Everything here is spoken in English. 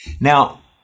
Now